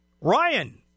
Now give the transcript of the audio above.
Ryan